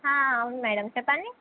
ఆ అవును మేడం చెప్పండి